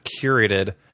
curated